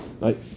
Right